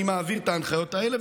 אני מעביר את ההנחיות האלה.